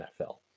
NFL